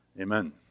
Amen